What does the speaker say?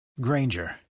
Granger